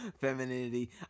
femininity